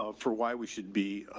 ah for why we should be,